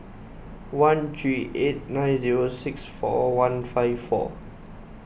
one three eight nine zero six four one five four